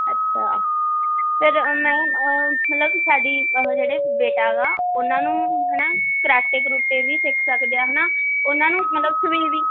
ਅੱਛਾ ਫਿਰ ਮੈਂ ਮਤਲਬ ਸਾਡੀ ਜਿਹੜੇ ਬੇਟਾ ਗਾ ਉਹਨਾਂ ਨੂੰ ਹੈ ਨਾ ਕਰਾਟੇ ਕਰੂਟੇ ਵੀ ਸਿੱਖ ਸਕਦੇ ਆ ਹੈ ਨਾ ਉਹਨਾਂ ਨੂੰ ਮਤਲਬ ਸਵੀਵਿੰਗ